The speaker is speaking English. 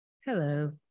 Hello